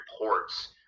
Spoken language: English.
reports